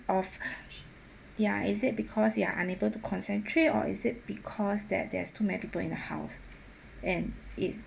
of ya is it because you are unable to concentrate or is it because that there's too many people in the house and it